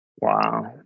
Wow